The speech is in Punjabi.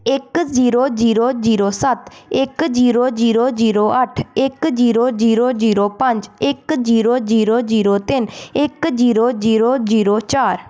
ਇੱਕ ਜ਼ੀਰੋ ਜ਼ੀਰੋ ਜ਼ੀਰੋ ਸੱਤ ਇੱਕ ਜ਼ੀਰੋ ਜ਼ੀਰੋ ਜ਼ੀਰੋ ਅੱਠ ਇੱਕ ਜ਼ੀਰੋ ਜ਼ੀਰੋ ਜ਼ੀਰੋ ਪੰਜ ਇੱਕ ਜ਼ੀਰੋ ਜ਼ੀਰੋ ਜ਼ੀਰੋ ਤਿੰਨ ਇੱਕ ਜ਼ੀਰੋ ਜ਼ੀਰੋ ਜ਼ੀਰੋ ਚਾਰ